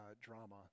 drama